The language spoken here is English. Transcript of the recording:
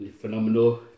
phenomenal